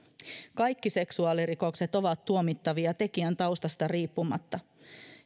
kaikki seksuaalirikokset ovat tuomittavia tekijän taustasta riippumatta